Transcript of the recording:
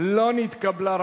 לא נתקבלה.